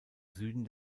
süden